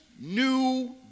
new